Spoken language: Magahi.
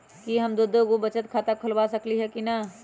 कि हम दो दो गो बचत खाता खोलबा सकली ह की न?